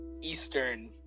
Eastern